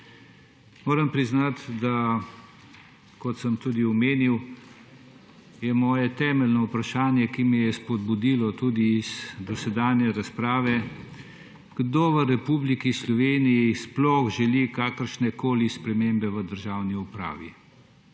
Moram priznati, kot sem tudi omenil, je moje temeljno vprašanje, ki me je spodbudilo tudi iz dosedanje razprave, kdo v Republiki Sloveniji sploh želi kakršnekoli spremembe v državni upravi.